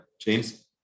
James